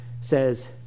says